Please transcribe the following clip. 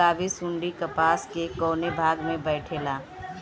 गुलाबी सुंडी कपास के कौने भाग में बैठे ला?